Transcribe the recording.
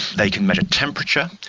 they can measure temperature,